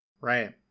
right